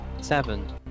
Seven